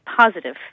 positive